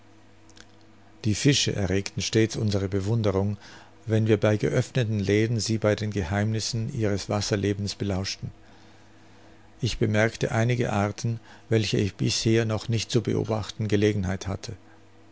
die fische erregten stets unsere bewunderung wann wir bei geöffneten läden sie bei den geheimnissen ihres wasserlebens belauschten ich bemerkte einige arten welche ich bisher noch nicht zu beobachten gelegenheit hatte